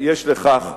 יש לכך קשר.